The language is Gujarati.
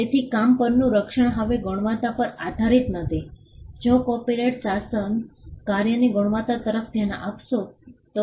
તેથી કામ પરનું રક્ષણ હવે ગુણવત્તા પર આધારીત નથી જો કોપિરાઇટ શાસન કાર્યની ગુણવત્તા તરફ ધ્યાન આપશે તો